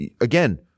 again